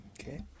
Okay